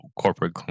corporate